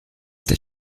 that